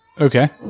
Okay